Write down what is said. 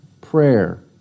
prayer